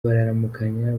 bararamukanya